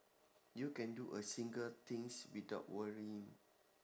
you can do a single things without worrying